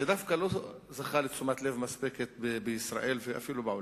שדווקא לא זכה לתשומת לב מספקת בישראל ואפילו בעולם,